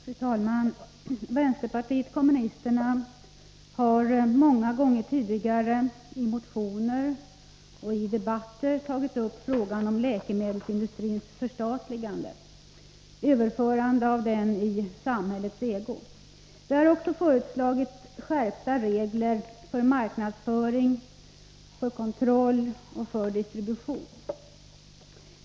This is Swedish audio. Fru talman! Vänsterpartiet kommunisterna har många gånger tidigare i motioner och i debatter tagit upp frågan om läkemedelsindustrins förstatligande — överförande av den i samhällets ägo. Vi har också föreslagit skärpta regler för marknadsföring, för kontroll och distribution.